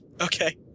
Okay